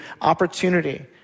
opportunity